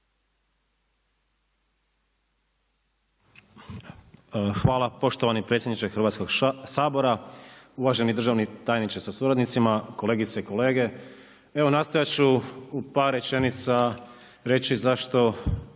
Hvala poštovani predsjedniče Hrvatskoga sabora, uvaženi državni tajniče sa suradnicima, kolegice i kolege. Evo nastojati ću u par rečenica reći zašto